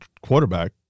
quarterback